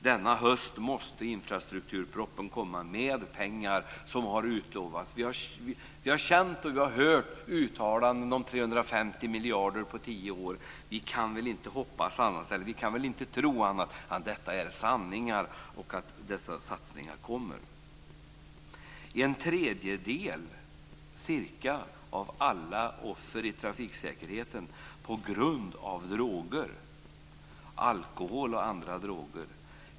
Denna höst måste infrastrukturpropositionen komma med pengar som har utlovats. Vi har hört uttalanden om 350 miljarder på tio år. Vi kan väl inte tro annat än att detta är sanning och att dessa satsningar kommer. Cirka en tredjedel av alla offer i trafiken dör på grund av alkohol och andra droger.